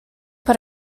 but